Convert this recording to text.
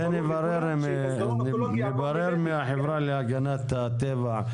את זה נברר עם החברה להגנת הטבע.